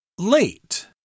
Late